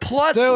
Plus